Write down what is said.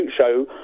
show